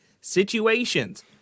situations